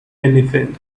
anything